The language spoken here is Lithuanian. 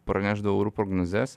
pranešdavau orų prognozes